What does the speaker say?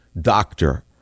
doctor